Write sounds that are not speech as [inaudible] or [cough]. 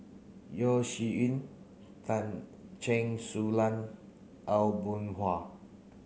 Yeo Shih Yun [unintelligible] Chen Su Lan Aw Boon Haw